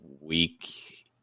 week